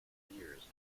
years